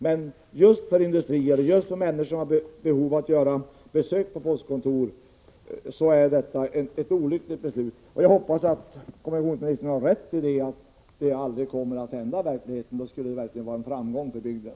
Men för industrin och människor som har behov av detta postkontor är det här ett olyckligt beslut. Jag hoppas att kommunikationsministern har rätt i att det i verkligheten inte kommer att bli någon nedläggning. Det skulle verkligen vara en framgång för bygden.